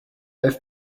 have